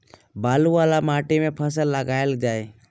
बालू वला माटि मे केँ फसल लगाएल जाए?